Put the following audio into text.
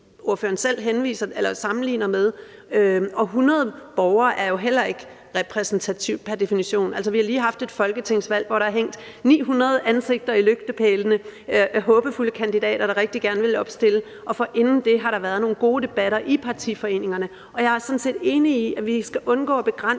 ordføreren selv sammenligner med – og de 100 borgere er jo heller ikke repræsentative pr. definition. Altså, vi har lige haft et folketingsvalg, hvor der har hængt 900 ansigter på lygtepælene – håbefulde kandidater, der rigtig gerne ville opstille – og forinden det har der været nogle gode debatter i partiforeningerne. Og jeg er sådan set enig i, at vi skal undgå at begrænse